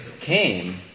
came